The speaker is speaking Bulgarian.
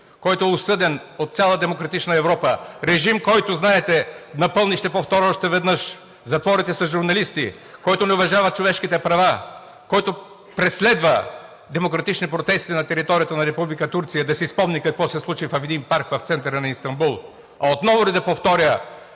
който е осъден от цяла демократична Европа; режим, който знаете, напълни – ще повторя още веднъж – затворите с журналисти, който не уважава човешките права, който преследва демократични протести на територията на Република Турция! Да си спомним какво се случи в един парк в центъра на Истанбул. Отново ли да повторя: